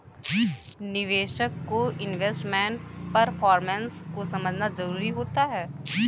निवेशक को investment performance को समझना जरुरी होता है